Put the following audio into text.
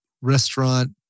restaurant